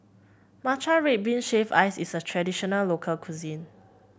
Matcha Red Bean Shaved Ice is a traditional local cuisine